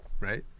Right